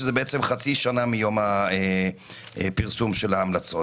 שזה בעצם חצי שנה מיום הפרסום של ההמלצות?